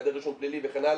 העדר רישום פלילי וכן הלאה,